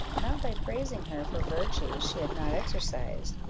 not by praising her for virtues she had not exercised,